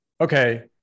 Okay